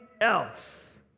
else